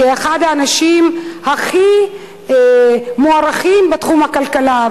כאחד האנשים הכי מוערכים בתחום הכלכלה.